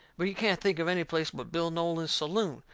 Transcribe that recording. but he can't think of any place but bill nolan's saloon.